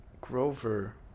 Grover